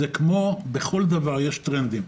כמו בכל דבר יש טרנדים.